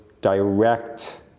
direct